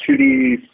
2D